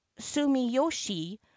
sumiyoshi